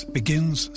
begins